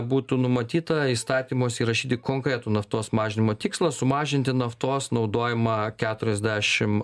būtų numatyta įstatymuose įrašyti konkretų naftos mažinimo tikslą sumažinti naftos naudojimą keturiasdešim